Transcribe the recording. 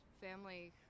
family